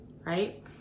right